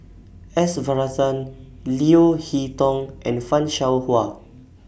S Varathan Leo Hee Tong and fan Shao Hua